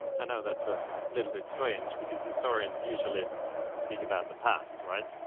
i know that's a little bit strange because historians usually speak about the past, right?